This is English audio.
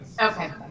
okay